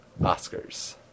Oscars